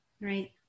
right